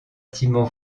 bâtiment